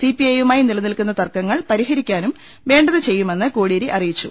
C P I യുമായി നിലനിൽക്കുന്ന തർക്കങ്ങൾ പരിഹരിക്കാനും വേണ്ടതു ചെയ്യുമെന്ന് കോടി യേരി അറിയിച്ചു